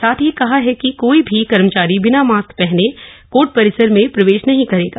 साथ ही कहा ह कि कोई भी कर्मचारी बिना मास्क पहने कोर्ट परिसर में प्रवेश नहीं करेगा